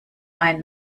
ein